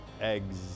eggs